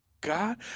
god